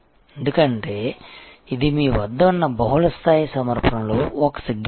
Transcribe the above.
ఎందుకంటే ఇది మీ వద్ద ఉన్న బహుళ స్థాయి సమర్పణలో ఒక సెగ్మెంట్